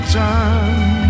time